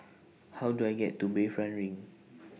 How Do I get to Bayfront LINK